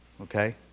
okay